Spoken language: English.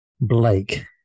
Blake